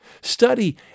Study